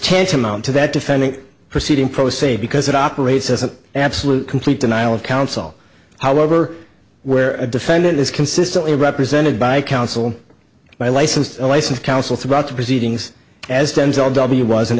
tantamount to that defending proceeding pro se because it operates as an absolute complete denial of counsel however where a defendant is consistently represented by counsel by licensed licensed counsel throughout the proceedings as denzel w was